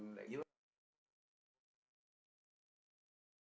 even our airport also you walk around also is a very beautiful place